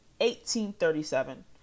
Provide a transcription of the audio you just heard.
1837